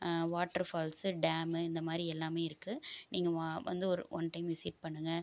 waterfalls dam இந்தமாதிரி எல்லாமே இருக்குது நீங்கள் வா வந்து ஒரு ஒன் டைம் விசிட் பண்ணுங்கள்